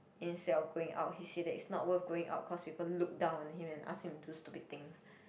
instead of going out he say that it's not worth going out cause people look down on him and ask him do stupid things